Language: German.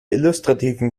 illustrativen